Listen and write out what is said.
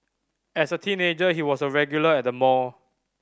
as a teenager he was a regular at the mall